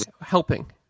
helping